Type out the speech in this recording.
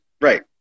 right